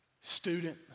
student